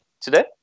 today